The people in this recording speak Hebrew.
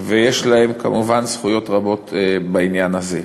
ויש להם כמובן זכויות רבות בעניין הזה.